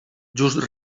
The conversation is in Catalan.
just